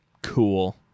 Cool